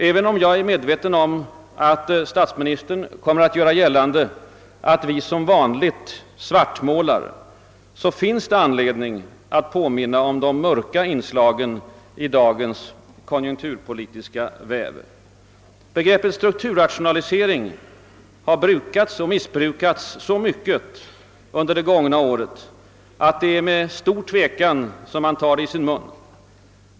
Även om jag är medveten om att statsministern kommer att göra gällande att vi som vanligt svartmålar finns det anledning att påminna om de mörka inslagen i dagens konjunkturpolitiska väder. Begreppet strukturrationalisering har brukats och missbrukats så mycket under det gångna året att det är med stor tvekan man tar det i sin mun.